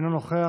אינו נוכח,